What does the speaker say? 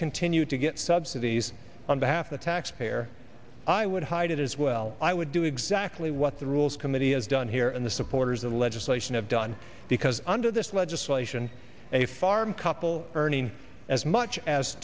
continue to get subsidies on behalf of the taxpayer i would hide it as well i would do exactly what the rules committee has done here in the supporters of the legislation have done because under this legislation a farm couple earning as much as